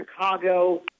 Chicago